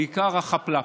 בעיקר החאפ-לאפ.